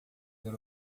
ver